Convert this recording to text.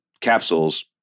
capsules